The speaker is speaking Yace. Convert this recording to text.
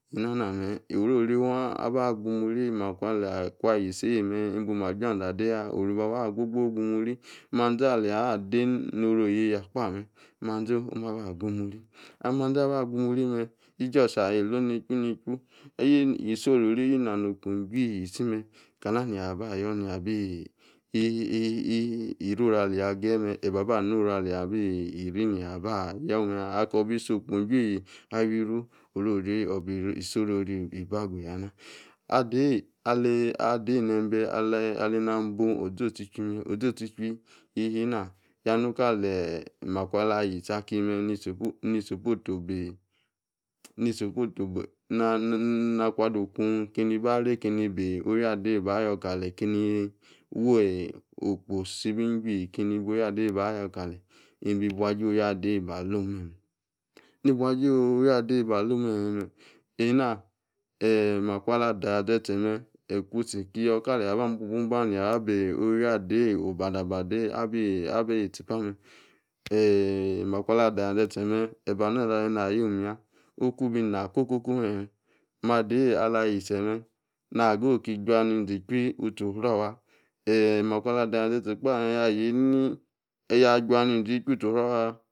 orori waa agbumuri ma kwa li ku ayi ise̱e̱m bama juyanze̱ ade ya, agbobumuri. Manzi alia de noru oyeya gbame̱ oma gbamuri. Ali manzi aba gbamuri me̱ yi just ahi lo nechu nechu. Yi sirruri ena okpo juii isime̱ kana na ba yo̱ nia be eba noru ali bieri naba ada eyi nembe ali na bun ozorichwi me, ozorichwi ishi na ya nu kale̱ makwa la yese aki me ni suppose obe na kuade kani bare bi owi ada ba yo kale keni wa okposi chuii, bo owii ada ba yo kali ebi bu eyi owi ade e alom meme ni bu aji owi ada eyi me, eyi makwa ale do̱ aya ze̱ze̱ me̱. Owi ada obada abi tipa me̱. makwa alade ayaze̱ze̱ me yi no ru ale na yo̱ omiye. Oku bi na koko me̱ ma ada eeyi ala yitse me̱ na keye iki jua ni inze chwi no ku osrie o̱wo̱, me yaye ni ya jua nizi chuchi osrie owa.